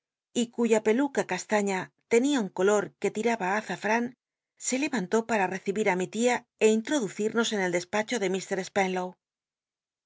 y cuya peluca castaiía tenia un colot que tiraba á azafran se levantó para recibir i mi tia ó inttoducirnos en el despacho de